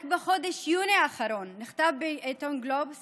רק בחודש יולי האחרון נכתב בעיתון גלובס